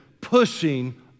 pushing